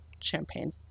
champagne